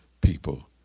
people